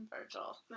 Virgil